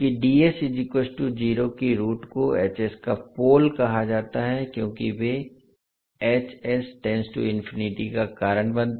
• जबकि की रुट को का पोल कहा जाता है क्योंकि वे →∞ का कारण बनते हैं